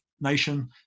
nation